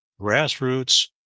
grassroots